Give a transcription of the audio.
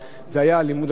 זה היה לימוד התורה.